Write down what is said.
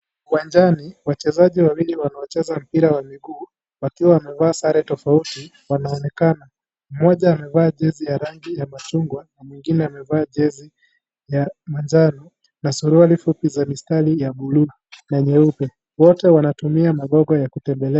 Uwanjani wachezaji wawili wanacheza mpira wa miguu wakiwa wamevaa sare tofauti wanaonekana mmoja amevaa jezi ya rangi ya machungwa na mwingine amevaa jezi ya manjano na suruali fupi za mistari ya bulu na nyeupe wote wanatumia magogo ya kutembelea.